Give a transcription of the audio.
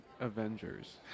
Avengers